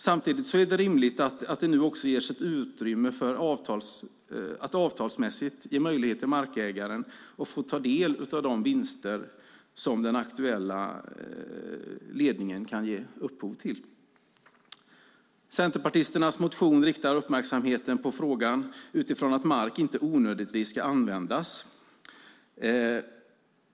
Samtidigt är det rimligt att det nu också ges ett utrymme för att avtalsmässigt ge möjlighet till markägaren att få ta del av de vinster som den aktuella ledningen kan ge upphov till. Centerpartisternas motion riktar uppmärksamheten på frågan utifrån att mark inte ska användas onödigtvis.